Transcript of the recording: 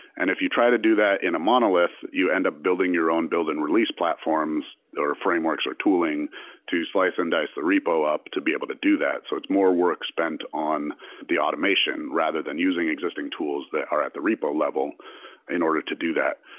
and if you try to do that in a monolith, you end up building your own build and release platforms, or frameworks, or tooling to slice and dice the repo up to be able to do that. so it's more work spent on the automation rather than using existing tools that are at the repo level in order to do that.